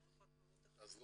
אז זה